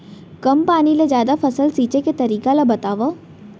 कम पानी ले जादा फसल सींचे के तरीका ला बतावव?